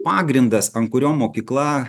pagrindas an kurio mokykla